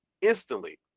instantly